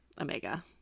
Omega